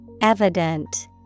Evident